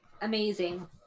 amazing